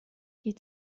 die